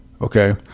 Okay